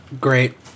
great